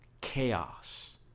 chaos